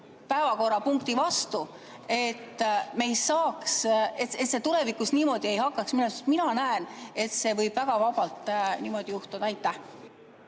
päevakorrapunkti vastu kas või sellepärast, et see tulevikus niimoodi ei hakkaks minema. Sest mina näen, et see võib väga vabalt niimoodi juhtuda. Aitäh!